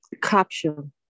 Caption